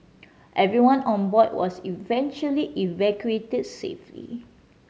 everyone on board was eventually evacuated safely